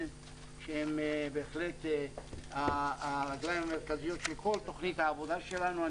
שהן הרגליים המרכזיות של כל תוכנית העבודה שלנו.